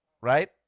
right